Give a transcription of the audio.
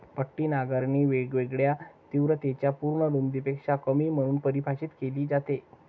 पट्टी नांगरणी वेगवेगळ्या तीव्रतेच्या पूर्ण रुंदीपेक्षा कमी म्हणून परिभाषित केली जाते